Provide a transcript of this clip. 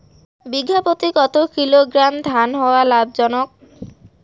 বিঘা প্রতি কতো কিলোগ্রাম ধান হওয়া লাভজনক?